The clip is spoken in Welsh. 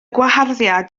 gwaharddiad